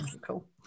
Cool